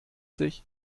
sich